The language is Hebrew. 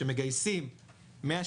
כשמגייסים 160,